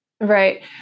Right